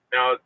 Now